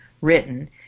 written